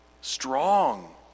strong